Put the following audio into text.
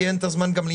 כי אין את הזמן כרגע,